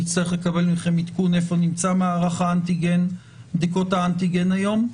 נצטרך לקבל מכם עדכון איפה נמצא מערך בדיקות האנטיגן היום.